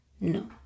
No